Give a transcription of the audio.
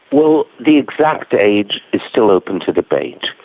well, the exact age is still open to debate.